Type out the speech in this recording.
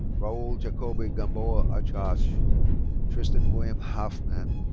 raul jacobo gamboa achach. ah so tristin william halfman.